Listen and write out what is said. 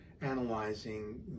analyzing